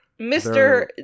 Mr